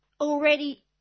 Already